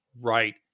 Right